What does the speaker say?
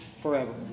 forever